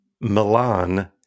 Milan